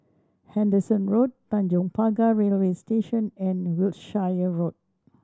Henderson Road Tanjong Pagar Railway Station and Wiltshire Road